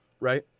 right